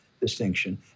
distinction